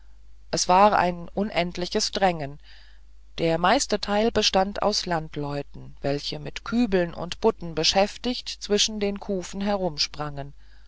es war ein unendliches drängen der meiste teil bestand aus landleuten welche mit kübeln und butten geschäftig zwischen den kufen